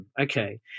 okay